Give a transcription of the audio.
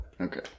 Okay